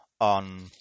on